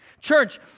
Church